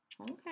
Okay